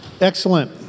Excellent